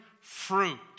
fruit